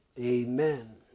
Amen